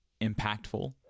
impactful